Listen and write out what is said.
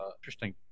interesting